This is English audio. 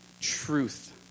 Truth